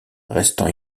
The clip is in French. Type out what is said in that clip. restant